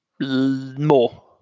More